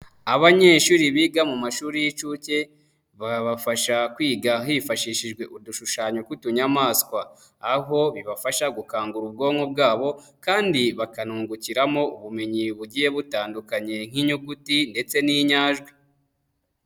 Abanyeshuri biga mu mashuri y'incuke babafasha kwiga hifashishijwe udushushanyo tw'utunnyamaswa, aho bibafasha gukangura ubwonko bwabo kandi bakanungukiramo ubumenyi bugiye butandukanye, nk'inyuguti ndetse n'inyajwi.